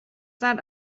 that